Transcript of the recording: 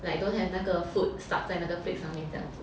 like don't have 那个 food stuck 在那个 plate 上面这样子